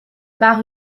par